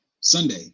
Sunday